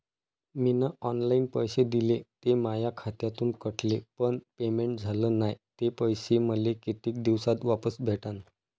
मीन online पैसे दिले, ते माया खात्यातून कटले, पण पेमेंट झाल नायं, ते पैसे मले कितीक दिवसात वापस भेटन?